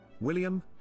william